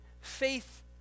faith